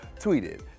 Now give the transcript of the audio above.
tweeted